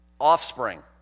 offspring